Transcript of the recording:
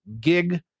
gig